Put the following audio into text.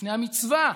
בפני המצווה